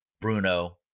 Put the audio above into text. Bruno